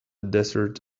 desert